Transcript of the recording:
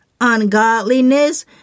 ungodliness